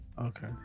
Okay